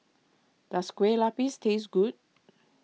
does Kueh Lapis taste good